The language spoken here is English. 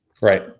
right